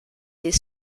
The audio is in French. des